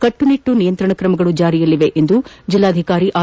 ಕಟ್ಟುನಿಟ್ಟನ ನಿಯಂತ್ರಣ ಕ್ರಮಗಳು ಜಾರಿಯಲ್ಲಿವೆ ಎಂದು ಜಿಲ್ಲಾಧಿಕಾರಿ ಆರ್